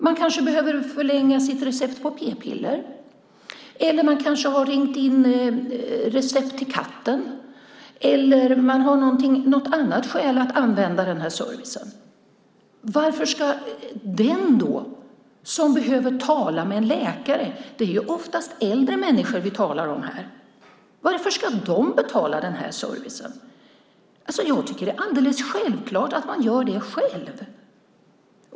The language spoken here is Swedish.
Man kanske behöver förlänga sitt recept på p-piller, man kanske har ringt in recept till katten eller så har man något annat skäl att använda denna service. Det är oftast äldre människor som behöver tala med en läkare. Varför ska de betala den här servicen? Jag tycker att det är alldeles självklart att man gör det själv.